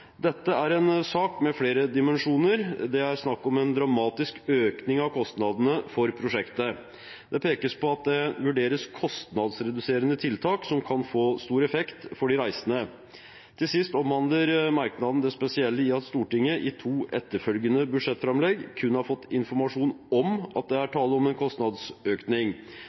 Dette er en sak med flere dimensjoner. Det er snakk om en dramatisk økning i kostnadene for prosjektet. Det pekes på at det vurderes kostnadsreduserende tiltak som kan få stor effekt for de reisende. Til sist omhandler merknaden det spesielle i at Stortinget i to etterfølgende budsjettframlegg kun har fått informasjon om at det er tale om en kostnadsøkning.